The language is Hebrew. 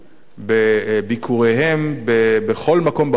בביקוריהם בכל מקום בעולם,